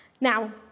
Now